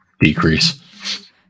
decrease